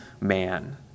man